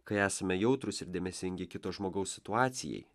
kai esame jautrūs ir dėmesingi kito žmogaus situacijai